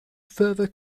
further